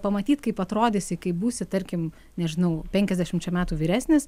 pamatyt kaip atrodysi kai būsi tarkim nežinau penkiasdešimčia metų vyresnis